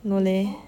no leh